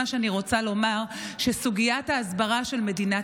אני רוצה לומר שסוגיית ההסברה של מדינת